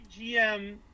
GM